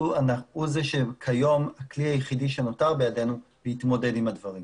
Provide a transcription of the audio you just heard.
הוא כיום הכלי היחידי שנותר בידינו להתמודד עם הדברים.